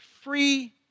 free